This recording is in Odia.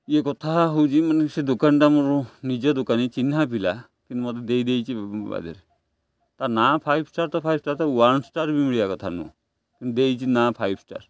ଇଏ କଥା ହେଉଛି ମାନେ ସେ ଦୋକାନୀଟା ମୋର ନିଜ ଦୋକାନୀ ଚିହ୍ନା ପିଲା କିନ୍ତୁ ମୋତେ ଦେଇ ଦେଇଛି ତା ନା ଫାଇବ୍ ଷ୍ଟାର୍ ତ ଫାଇଭ୍ ଷ୍ଟାର୍ ତ ୱାନ୍ ଷ୍ଟାର୍ ବି ମିଳିିବା କଥା ନୁହଁ କିନ୍ତୁ ଦେଇଛି ନାଁ ଫାଇଭ୍ ଷ୍ଟାର୍